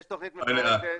יש תוכנית מפורטת,